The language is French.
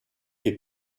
est